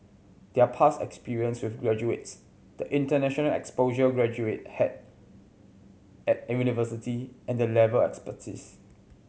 their past experience with graduates the international exposure graduate had at university and the level expertise